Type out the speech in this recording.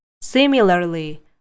Similarly